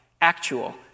actual